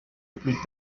plus